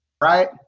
right